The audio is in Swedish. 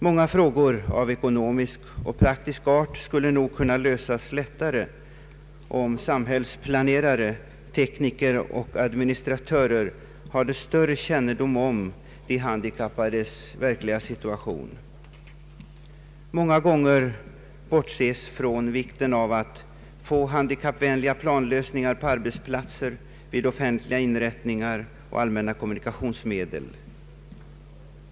Många frågor av ekonomisk och praktisk art skulle nog kunna lösas lättare, om samhällsplanerare, tekniker och administratörer hade större kännedom om de handikappades verkliga situation. Många gånger bortses från vikten av att få handikappvänliga planlösningar på arbetsplatser, vid offentliga inrättningar och allmänna kommunikationsmedel.